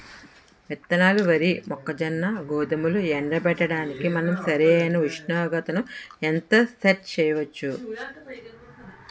విత్తనాలు వరి, మొక్కజొన్న, గోధుమలు ఎండబెట్టడానికి మనం సరైన ఉష్ణోగ్రతను ఎంత సెట్ చేయవచ్చు?